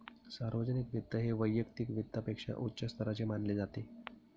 सार्वजनिक वित्त हे वैयक्तिक वित्तापेक्षा उच्च स्तराचे मानले जाते